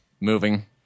Moving